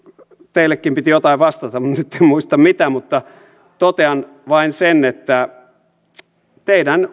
teillekin piti jotain vastata mutta nyt en muista mitä mutta totean vain sen että teidän